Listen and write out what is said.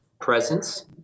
Presence